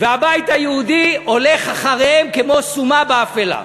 והבית היהודי הולך אחריהם כמו סומא באפלה.